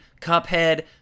Cuphead